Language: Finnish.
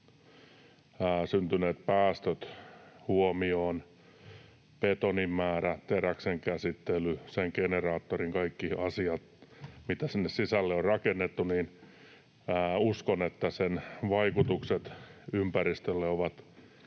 syntyneet päästöt huomioon — betonin määrä, teräksen käsittely, sen generaattorin kaikki asiat, mitä sinne sisälle on rakennettu — niin uskon, että sen vaikutukset ympäristölle ovat